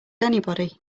anybody